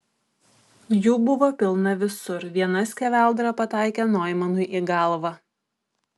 jų buvo pilna visur viena skeveldra pataikė noimanui į galvą